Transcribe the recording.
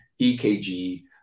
EKG